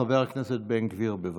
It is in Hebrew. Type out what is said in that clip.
חבר הכנסת בן גביר, בבקשה.